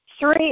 Three